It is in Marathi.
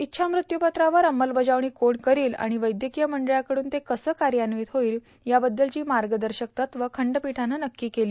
इच्छाम्रत्यूपत्रावर अंमलबजावणी कोण करील आणि वैद्यकीय मंडळाकडून ते कसं कार्यान्वित होईल या बद्दलची मार्गदर्शक तत्व खंडपीठानं नक्की केली